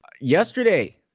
Yesterday